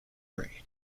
grade